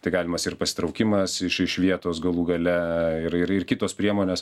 tai galimas ir pasitraukimas iš iš vietos galų gale ir ir ir kitos priemonės